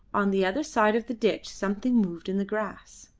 on the other side of the ditch something moved in the grass.